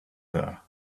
there